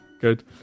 good